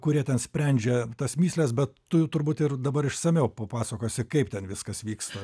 kurie ten sprendžia tas mįsles bet tu turbūt ir dabar išsamiau papasakosi kaip ten viskas vyksta